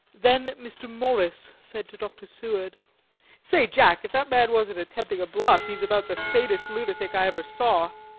then mr. morris said to dr. seward say, jack, if that man wasn't attempting a bluff, he is about the sanest lunatic i ever saw.